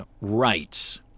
rights